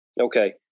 Okay